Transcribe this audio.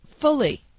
fully